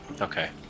okay